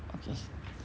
okay